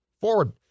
forward